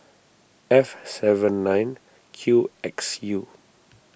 F seven nine Q X U